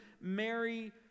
Mary